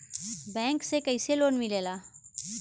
Bank से कइसे loan मिलेला?